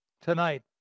tonight